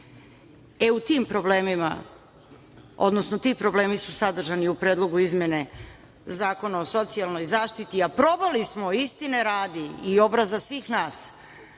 E, u tim problemima, odnosno ti problemi su sadržani u Predlogu izmene Zakona o socijalnoj zaštiti, a probali smo, istine radi i obraza svih nas,